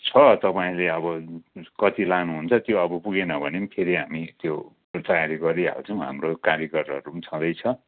छ तपाईँले अब कति लानुहुन्छ त्यो अब पुगेन भने पनि फेरि हामी त्यो तयारी गरिहाल्छौँ त्यो हाम्रो कारिगरहरू पनि छँदै छ